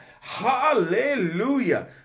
Hallelujah